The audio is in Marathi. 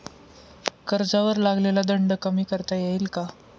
कर्जावर लागलेला दंड कमी करता येईल का?